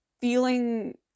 feeling